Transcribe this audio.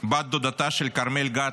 בת דודתה של כרמל גת,